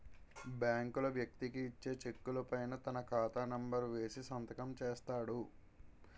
బ్యాంకులు వ్యక్తికి ఇచ్చే చెక్కుల పైన తన ఖాతా నెంబర్ వేసి సంతకం చేస్తాడు